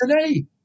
today